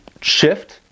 shift